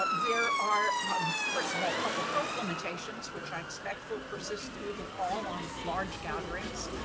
but there are first of all public health limitations which i expect will persist through the fall on large gatherings.